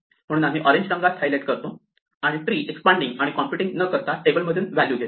म्हणून आम्ही ओरेन्ज रंगात हायलाइट करतो आणि ट्री एक्सपांडींग आणि कॉम्पुटिंग न करता टेबलमधून व्हॅल्यू घेतो